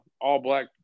all-black